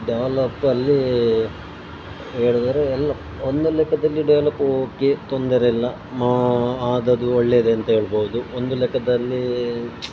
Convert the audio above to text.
ಡೆವಲಪ್ಪಲ್ಲಿ ಹೇಳಿದ್ರೆ ಎಲ್ಲ ಒಂದು ಲೆಕ್ಕದಲ್ಲಿ ಡೆವಲಪ್ ಓಕೆ ತೊಂದರೆಯಿಲ್ಲ ಮಾ ಆದದ್ದು ಒಳ್ಳೆಯದೆ ಅಂತ ಹೇಳ್ಬೋದು ಒಂದು ಲೆಕ್ಕದಲ್ಲಿ